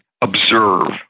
observe